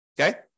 Okay